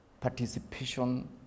participation